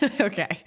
Okay